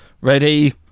Ready